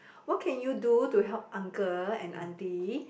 what can you do to help uncle and auntie